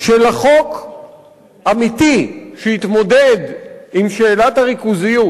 שלחוק אמיתי שיתמודד עם שאלת הריכוזיות